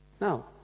Now